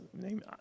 name